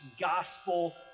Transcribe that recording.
gospel